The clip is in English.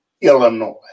Illinois